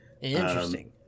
Interesting